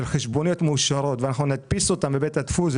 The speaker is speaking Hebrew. חשבוניות מאושרות ואנחנו נדפיס אותן בבית הדפוס,